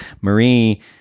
Marie